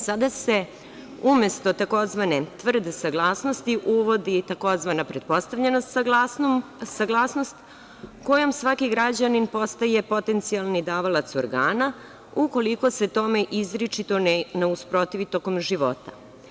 Sada se umesto tzv. tvrde saglasnosti uvodi tzv. pretpostavljena saglasnost kojom svaki građanin postaje potencijalni davalac organa, ukoliko se tome izričito ne usprotivi tokom života.